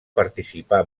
participà